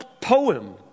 poem